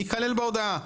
ייכלל בהודעה.